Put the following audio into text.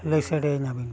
ᱞᱟᱹᱭ ᱥᱟᱰᱮ ᱤᱧᱟ ᱵᱤᱱ